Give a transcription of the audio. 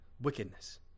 wickedness